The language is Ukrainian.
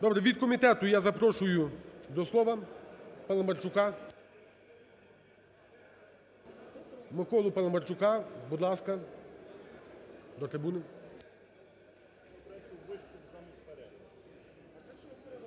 Від комітету я запрошую до слова Паламарчука, Миколу Паламарчука. Будь ласка, до трибуни.